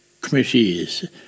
committees